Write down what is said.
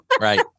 right